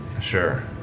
Sure